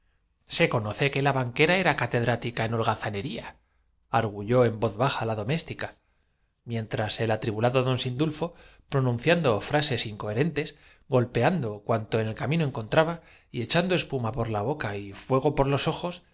que la banquera era catedrática en hol a parís fué el grito unánime gazaneríaargüyó en voz baja la doméstica mientras juzto á pariz para encerrar al zabio en un manuel atribulado don sindulfo pronunciando frases inco cordio y hacer que á nozotroz noz eche el cura el gara herentes golpeando cuanto en el camino encontraba bato nuncial y echando espuma por la boca y fuego por los ojos se